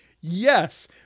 yes